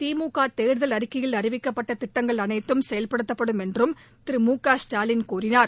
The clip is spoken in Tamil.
திமுக தேர்தல் அறிக்கையில் அறிவிக்கப்பட்ட திட்டங்கள் அனைத்தும் செயல்படுத்தப்படும் என்றும் திரு மு க ஸ்டாலின் கூறினார்